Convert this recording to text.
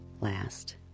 last